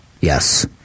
Yes